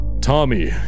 Tommy